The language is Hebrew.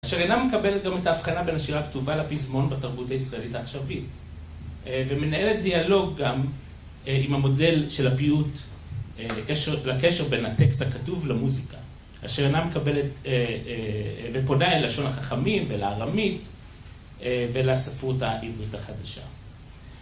אשר אינה מקבלת גם את ההבחנה בין השירה הכתובה לפזמון בתרבות הישראלית העכשווית ומנהלת דיאלוג גם עם המודל של הפיוט לקשר בין הטקסט הכתוב למוזיקה אשר אינה מקבלת ופונה ללשון החכמים ולארמית ולספרות העברית החדשה